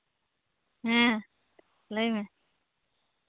ᱦᱮᱸ ᱞᱟᱹᱭᱢᱮ